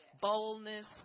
boldness